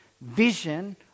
vision